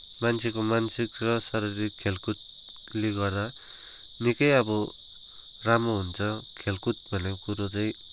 मान्छेको मानसिक र शारीरिक खेलकुदले गर्दा निकै अब राम्रो हुन्छ खेलकुद भनेको कुरो चाहिँ